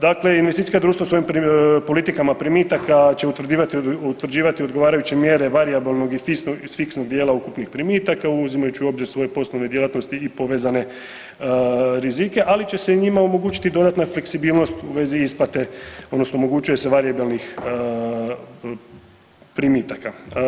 Dakle, investicijska društva svojim politikama primitaka će utvrđivati odgovarajuće mjere varijabilnog i fiksnog dijela ukupnih primitaka uzimajući u obzir svoje poslovne djelatnosti i povezane rizike ali će se i njima omogućiti dodatna fleksibilnost u vezi isplate odnosno omogućuje im se varijabilnih primitaka.